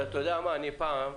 מה, פעם,